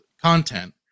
content